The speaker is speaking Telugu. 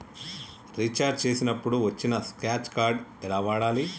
రీఛార్జ్ చేసినప్పుడు వచ్చిన స్క్రాచ్ కార్డ్ ఎలా వాడాలి?